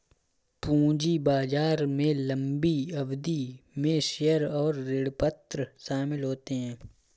पूंजी बाजार में लम्बी अवधि में शेयर और ऋणपत्र शामिल होते है